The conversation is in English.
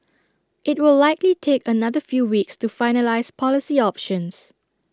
IT will likely take another few weeks to finalise policy options